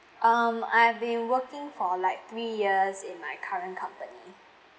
um I've been working for like three years in my current company